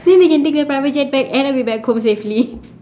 then they can take the private jet back and I'll be back home safely